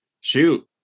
Shoot